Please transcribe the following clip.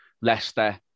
Leicester